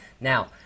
now